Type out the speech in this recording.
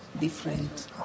different